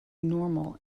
normal